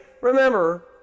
remember